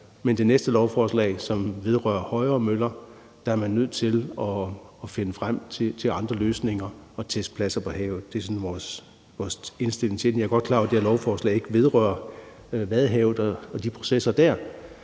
men i det næste lovforslag, som vedrører højere møller, er man nødt til at finde frem til andre løsninger og testpladser på havet. Det er vores indstilling til det. Jeg er godt klar over, at det her lovforslag ikke vedrører Vadehavet og de processer dér,